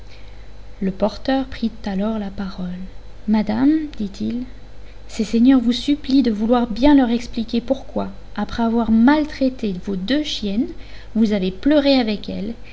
le porteur prit alors la parole madame dit-il ces seigneurs vous supplient de vouloir bien leur expliquer pourquoi après avoir maltraité vos deux chiennes vous avez pleuré avec elles